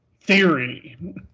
Theory